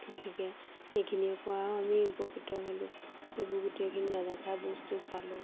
গতিকে সেইখিনিৰ পৰাও আমি উপকৃত হ'লোঁ এইবোৰ গোটেইখিনি নেদেখা বস্তু চালোঁ